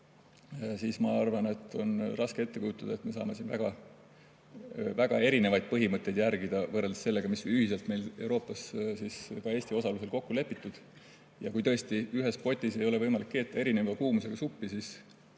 ma arvan, et on raske ette kujutada, et me saame siin väga erinevaid põhimõtteid järgida, võrreldes sellega, mis on ühiselt Euroopas ka Eesti osalusel kokku lepitud. Ja kui tõesti ühes potis ei ole võimalik keeta erineva kuumusega suppi, siis